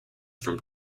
from